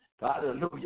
Hallelujah